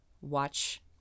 Watch